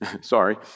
Sorry